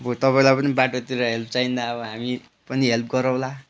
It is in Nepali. अब तपाईँलाई पनि बाटोतिर हेल्प चाहिँदा अब हामी पनि हेल्प गरौँला